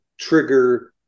trigger